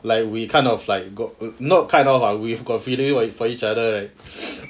like we kind of like got not kind of lah we've got feeling for each other and